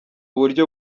buryo